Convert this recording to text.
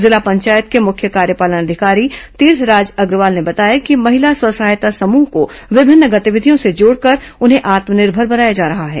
जिला पंचायत के मुख्य कार्यपालन अधिकारी तीर्थराज अग्रवाल ने बताया कि महिला स्व सहायता समूह को विभिन्न गतिविधियों से जोड़कर उन्हें आत्मनिर्भर बनाया जा रहा है